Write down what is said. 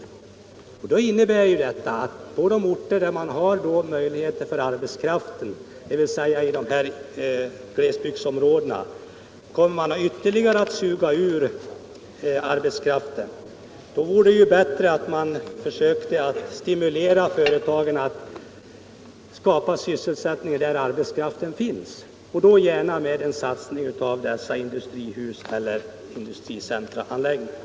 Detta innebär ju att på de orter där man har möjligheter att få arbetskraft, dvs. i glesbygdsområden, kommer man att ytterligare suga ut orten på folk. Då vore det bättre att man försökte stimulera företagen att skapa sysselsättning där arbetskraften finns — och gärna med en satsning på dessa industricenteranläggningar.